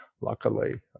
Luckily